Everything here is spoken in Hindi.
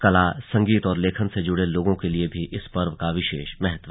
कला संगीत और लेखन से जुड़े लोगों के लिए भी इस पर्व का विशेष महत्व है